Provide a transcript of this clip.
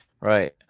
Right